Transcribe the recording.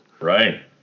Right